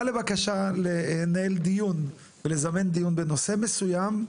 לבקשה לנהל דיון או לזמן דיון בנושא מסוים,